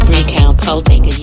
Recalculating